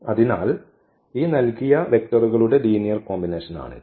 അതിനാൽ ഈ നൽകിയ വെക്റ്ററുകളുടെ ലീനിയർ കോമ്പിനേഷൻ ആണിത്